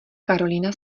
karolína